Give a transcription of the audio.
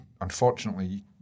unfortunately